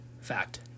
Fact